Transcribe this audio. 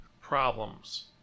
problems